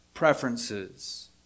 Preferences